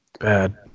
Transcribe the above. Bad